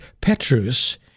Petrus